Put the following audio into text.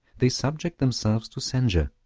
they subject themselves to censure.